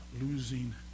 losing